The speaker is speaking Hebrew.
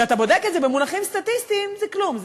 כשאתה בודק את זה במונחים סטטיסטיים זה כלום.